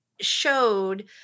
showed